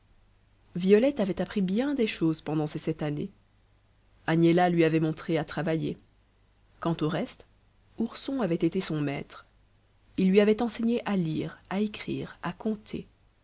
violette avait appris bien des choses pendant ces sept années agnella lui avait montré à travailler quant au reste ourson avait été son maître il lui avait enseigné à lire à écrire à compter